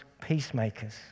peacemakers